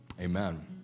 amen